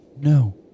No